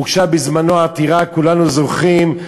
הוגשה בזמנו עתירה, כולנו זוכרים.